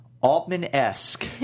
Altman-esque